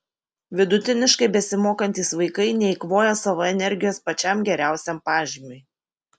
vidutiniškai besimokantys vaikai neeikvoja savo energijos pačiam geriausiam pažymiui